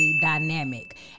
dynamic